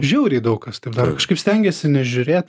žiauriai daug kas taip daro stengiasi nežiūrėt